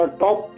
top